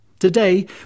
Today